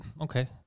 Okay